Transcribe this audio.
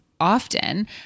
often